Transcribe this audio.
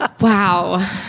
wow